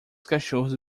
cachorros